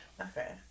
Okay